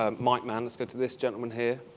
ah mic man, let's go to this gentleman here.